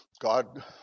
God